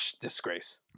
Disgrace